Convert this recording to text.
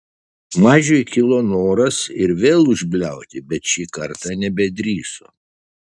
mažiui kilo noras ir vėl užbliauti bet šį kartą nebedrįso